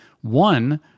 one